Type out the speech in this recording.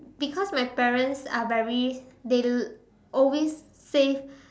because my parents are very they always save